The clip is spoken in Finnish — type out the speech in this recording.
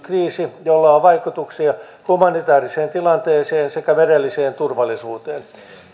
kriisi jolla on vaikutuksia humanitaariseen tilanteeseen sekä merelliseen turvallisuuteen